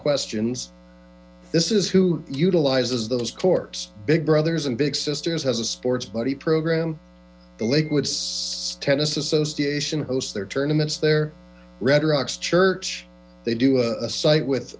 questions this is who utilizes those courts big brothers big sisters has a sports buddy program lakewood tennis association hosts their tournaments their red rocks church they do a site with